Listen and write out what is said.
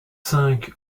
cinq